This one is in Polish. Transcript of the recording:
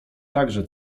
także